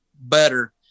better